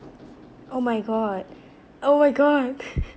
oh my god oh my god